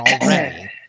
already